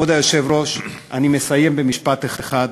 כבוד היושב-ראש, אני מסיים במשפט אחד.